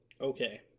Okay